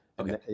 okay